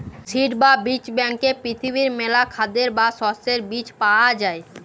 seed বা বীজ ব্যাংকে পৃথিবীর মেলা খাদ্যের বা শস্যের বীজ পায়া যাই